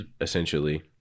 essentially